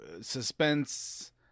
suspense